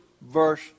verse